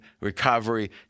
recovery